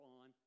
on